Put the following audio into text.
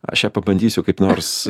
aš ją pabandysiu kaip nors